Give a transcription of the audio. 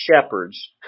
shepherds